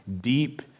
deep